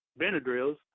Benadryls